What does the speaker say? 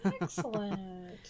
Excellent